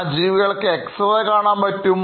അവർക്ക് x rays കാണാൻ പറ്റും